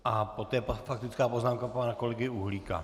A poté faktická poznámka pana kolegy Uhlíka.